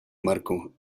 marco